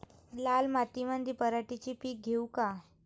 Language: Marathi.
लाल मातीमंदी पराटीचे पीक घेऊ का?